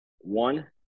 One